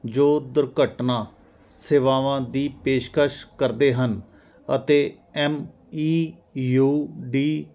ਜੋ ਦੁਰਘਟਨਾ ਸੇਵਾਵਾਂ ਦੀ ਪੇਸ਼ਕਸ਼ ਕਰਦੇ ਹਨ ਅਤੇ ਐੱਮ ਈ ਯੂ ਡੀ